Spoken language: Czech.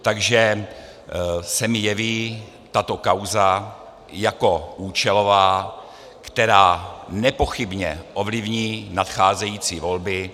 Takže se mi jeví tato kauza jako účelová, která nepochybně ovlivní nadcházející volby.